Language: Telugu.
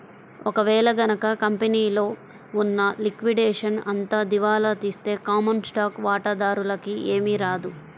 ఒక వేళ గనక కంపెనీలో ఉన్న లిక్విడేషన్ అంతా దివాలా తీస్తే కామన్ స్టాక్ వాటాదారులకి ఏమీ రాదు